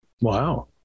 wow